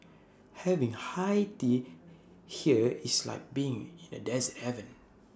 having high tea here is like being in A dessert heaven